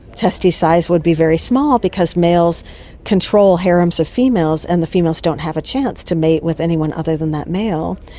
testes size would be very small because males control harems of females and the females don't have a chance to mate with anyone other than that male,